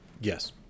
Yes